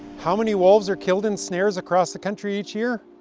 how many wolves are killed in snares across the country each year?